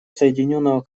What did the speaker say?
соединенного